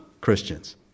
Christians